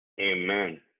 Amen